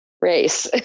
race